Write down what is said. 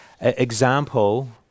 example